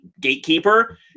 gatekeeper